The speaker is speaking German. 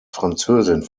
französin